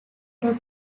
artery